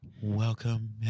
Welcome